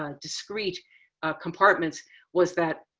ah discreet compartments was that